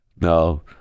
no